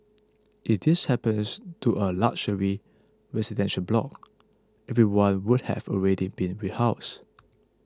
if this happens to a luxury residential block everyone would have already been rehoused